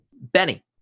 Benny